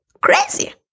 crazy